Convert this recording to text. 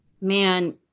man